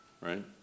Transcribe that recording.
right